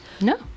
No